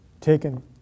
taken